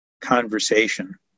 conversation